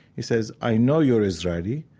he says, i know you're israeli,